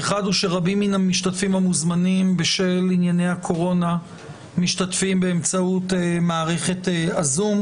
מהמשתתפים ומהמוזמנים בשל ענייני הקורונה משתתפים באמצעות מערכת הזום,